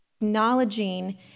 acknowledging